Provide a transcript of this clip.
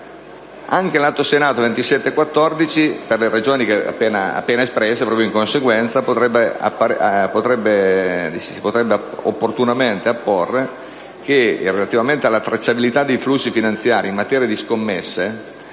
Anche l'Atto Senato n. 2714, per le ragioni appena espresse, si potrebbe opportunamente modificare. Relativamente alla tracciabilità dei flussi finanziari in materia di scommesse,